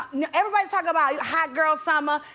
now everybody's talking about hot girl summer,